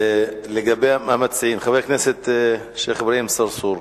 מה מציעים, חבר הכנסת שיח' אברהים צרצור?